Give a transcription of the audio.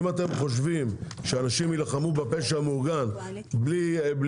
שמי רגב עמוס ואני יושב ראש ענף החקלאות באיגוד השמאים בישראל.